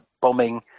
bombing